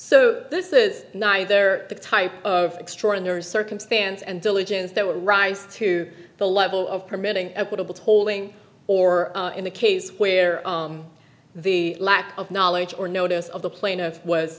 so this is neither the type of extraordinary circumstance and diligence that would rise to the level of permitting equitable tolling or in a case where the lack of knowledge or notice of the plaintiff was